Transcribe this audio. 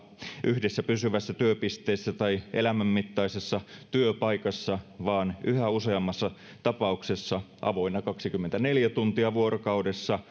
yhdessä pysyvässä työpisteessä tai elämänmittaisessa työpaikassa vaan yhä useammassa tapauksessa avoinna kaksikymmentäneljä tuntia vuorokaudessa